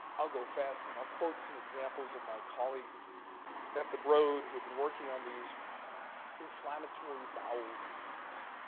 i'll go fast, and i'll quote some examples of my colleagues at the broad, who have been working on these inflammatory bowel disease.